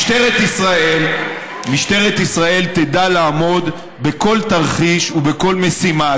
משטרת ישראל תדע לעמוד בכל תרחיש ובכל משימה.